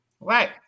Right